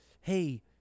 hey